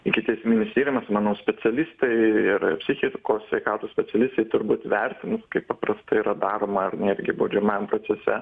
ikiteisminis tyrimas manau specialistai ir psichikos sveikatos specialistai turbūt vertins kaip paprastai yra daroma netgi baudžiamąjam procese